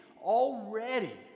already